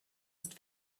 ist